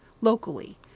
locally